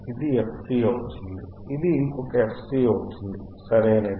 ఇది fc అవుతుంది ఇది ఇంకొక fc అవుతుంది సరియైనది